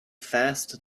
fast